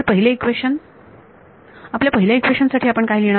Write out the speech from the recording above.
तर पहिले इक्वेशन आपल्या पहिल्या इक्वेशन साठी आपण काय लिहिणार